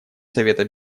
совета